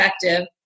effective